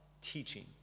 teaching